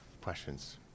questions